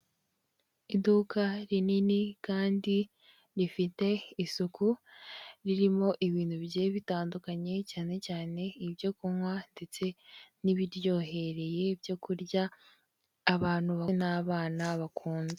Iduka rinini kandi rifite isuku, ririmo ibintu bigiye bitandukanye, cyane cyane ibyo kunywa ndetse n'ibiryohereye, ibyo kurya abantu b'abana bakunda.